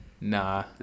Nah